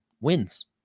wins